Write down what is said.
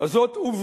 אז זאת עובדה